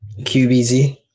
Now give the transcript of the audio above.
QBZ